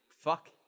Fuck